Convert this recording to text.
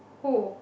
who